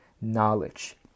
knowledge